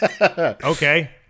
Okay